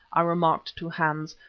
i remarked to hans,